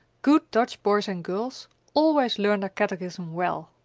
good dutch boys and girls always learn catechism well,